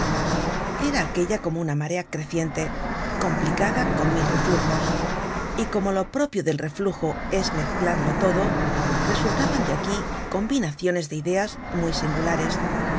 era aquella como una marea creciente complicada con mil reflujos y como lo propio del reflujo es mezclarlo todo resultaban de aquí combinaciones de ideas muy singulares